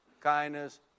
kindness